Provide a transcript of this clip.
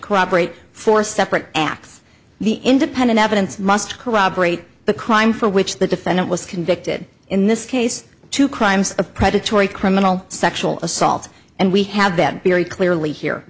corroborate four separate acts the independent evidence must corroborate the crime for which the defendant was convicted in this case to crimes of predatory criminal sexual assault and we have that very clearly here